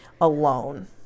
alone